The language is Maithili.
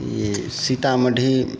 सीतामढ़ी